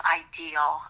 ideal